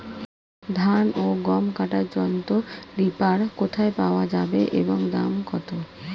ধান ও গম কাটার যন্ত্র রিপার কোথায় পাওয়া যাবে এবং দাম কত?